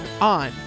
On